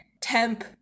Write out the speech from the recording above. Temp